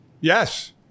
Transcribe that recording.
yes